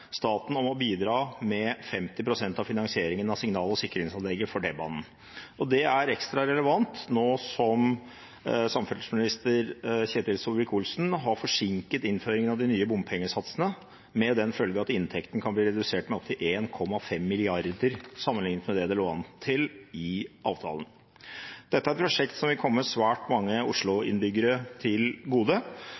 staten om å bidra med 50 pst. av finansieringen av signal- og sikringsanlegget for T-banen. Det er ekstra relevant nå som samferdselsminister Ketil Solvik-Olsen har forsinket innføringen av de nye bompengesatsene, med den følge at inntekten kan bli redusert med opptil 1,5 mrd. kr, sammenlignet med det det lå an til i avtalen. Dette er et prosjekt som vil komme svært mange